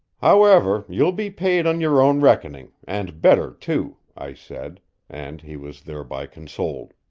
however, you'll be paid on your own reckoning, and better, too, i said and he was thereby consoled.